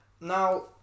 Now